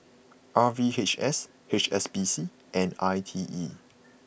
R V H S H S B C and I T E